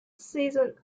season